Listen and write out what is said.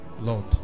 Lord